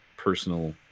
personal